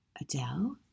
adele